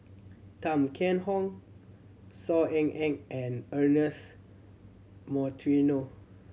Tan Kheam Hock Saw Ean Ang and Ernest Monteiro